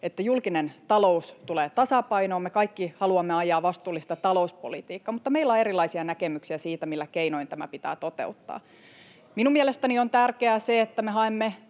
että julkinen talous tulee tasapainoon, ja me kaikki haluamme ajaa vastuullista talouspolitiikkaa, mutta meillä on erilaisia näkemyksiä siitä, millä keinoin tämä pitää toteuttaa. Minun mielestäni on tärkeää, että me haemme